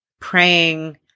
praying